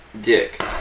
Dick